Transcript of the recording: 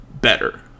better